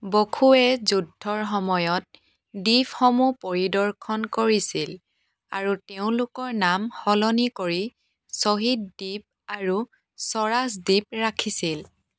বসুৱে যুদ্ধৰ সময়ত দ্বীপসমূহ পৰিদৰ্শন কৰিছিল আৰু তেওঁলোকৰ নাম সলনি কৰি 'শ্বহীদ দ্বীপ' আৰু 'স্বৰাজ দ্বীপ' ৰাখিছিল